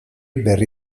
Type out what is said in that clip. berri